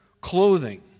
clothing